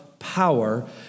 power